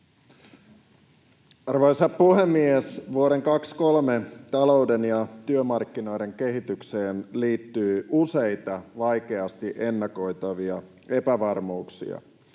Arvoisa puhemies! Vuoden 23 talouden ja työmarkkinoiden kehitykseen liittyy useita vaikeasti ennakoitavia epävarmuuksia.